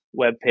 webpage